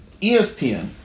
ESPN